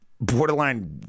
borderline